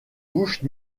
bouche